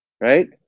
right